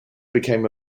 became